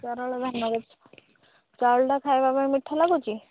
ପରଳ ଧାନରୁ ଚାଉଳଟା ଖାଇବା ପାଇଁ ମିଠା ଲାଗୁଛି